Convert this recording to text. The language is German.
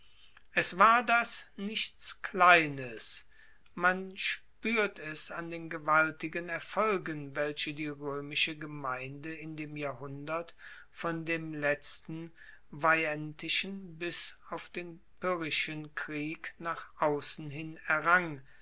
es war das nichts kleines man spuert es an den gewaltigen erfolgen welche die roemische gemeinde in dem jahrhundert vom letzten veientischen bis auf den pyrrhischen krieg nach aussen hin errang